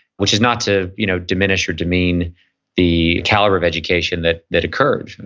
which is not to you know diminish or demean the caliber of education that that occurred. and